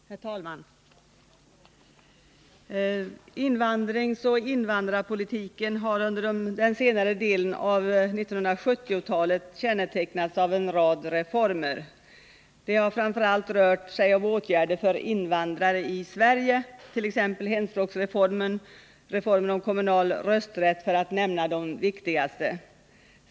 Herr talman! Invandringsoch invandrarpolitiken har under den senare delen av 1970-talet kännetecknats av en rad reformer. Det har framför allt rört sig om åtgärder för invandrare i Sverige, t.ex. hemspråksreformen och reformen om kommunal rösträtt för att nämna de viktigaste.